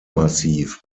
massiv